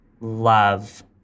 love